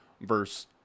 versus